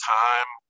time